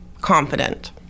confident